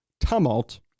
tumult